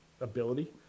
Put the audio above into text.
ability